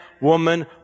woman